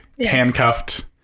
handcuffed